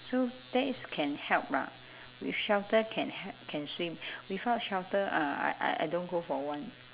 so that is can help lah with shelter can he~ can swim without shelter uh I I I don't go for one